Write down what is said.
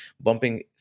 bumping